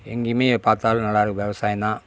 எங்கேயுமே பார்த்தாலும் நல்லாருக்கும் விவசாயந்தான்